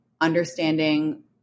understanding